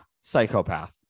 Psychopath